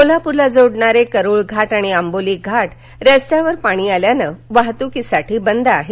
कोल्हाप्रला जोडणारे करूळ घाट आणि आंबोली घाट रस्त्यावर पाणी आल्याने वाहतुकीसाठी बंद आहेत